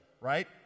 right